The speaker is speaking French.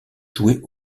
jouer